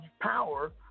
power